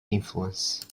influence